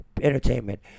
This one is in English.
entertainment